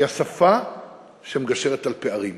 היא שפה שמגשרת על פערים,